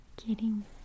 Kidding